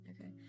Okay